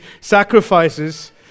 sacrifices